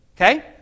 Okay